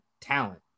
talent